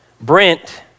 Brent